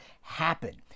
happen